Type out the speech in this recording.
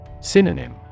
Synonym